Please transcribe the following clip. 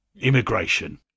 Immigration